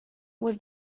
was